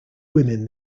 women